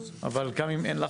אבל גם אם אין לך,